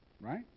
Right